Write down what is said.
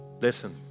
Listen